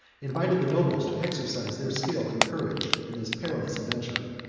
invited the nobles to exercise their skill and courage in this perilous adventure.